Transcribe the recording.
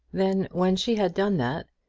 then, when she had done that,